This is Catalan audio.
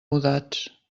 mudats